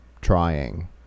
trying